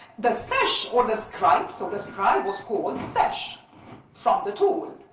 the sesh, or the scribe, so the scribe was called sesh from the tool,